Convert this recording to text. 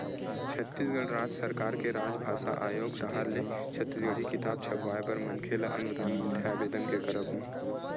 छत्तीसगढ़ राज सरकार के राजभासा आयोग डाहर ले छत्तीसगढ़ी किताब छपवाय बर मनखे ल अनुदान मिलथे आबेदन के करब म